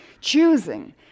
choosing